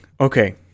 okay